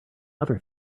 other